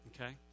Okay